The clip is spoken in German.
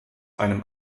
einem